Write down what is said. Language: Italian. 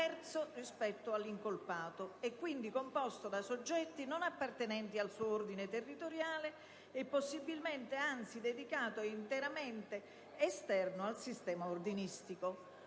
rispetto all'incolpato e quindi composto da soggetti non appartenenti al suo ordine territoriale e possibilmente, anzi interamente, esterno al sistema ordinistico.